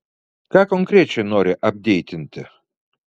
ką konkrečiai nori apdeitinti